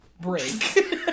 break